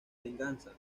venganza